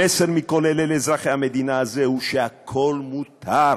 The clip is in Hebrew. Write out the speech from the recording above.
המסר מכל אלה לאזרחי המדינה הזאת הוא שהכול מותר: